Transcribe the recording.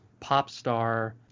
Popstar